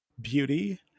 beauty